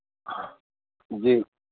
जी